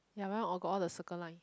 ya my one all got all the circle line